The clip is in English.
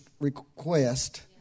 request